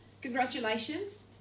congratulations